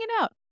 out